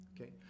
Okay